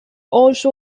also